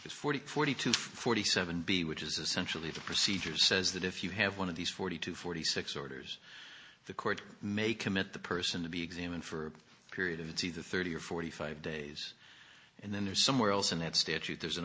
it's forty forty two forty seven b which is essentially the procedure says that if you have one of these forty to forty six orders the court may commit the person to be examined for a period of it's either thirty or forty five days and then there's somewhere else in that statute there's an